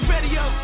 Radio